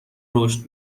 رشد